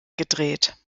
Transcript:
gedreht